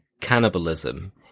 cannibalism